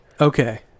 Okay